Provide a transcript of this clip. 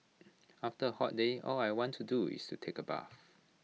after A hot day all I want to do is to take A bath